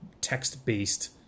text-based